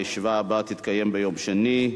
הישיבה הבאה תתקיים ביום שני,